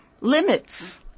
limits